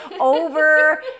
over